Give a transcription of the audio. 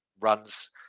runs